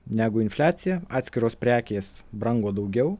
negu infliacija atskiros prekės brango daugiau